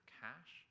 cash